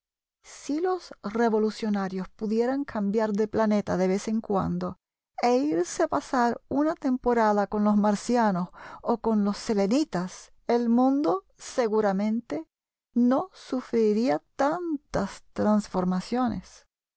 si los revolucionarios pudieran cambiar de planeta de vez en cuando e irse a pasar una temporada con los marcianos o con los selenitas el mundo seguramente no sufriría tantas transformaciones